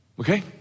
Okay